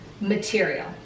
material